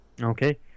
okay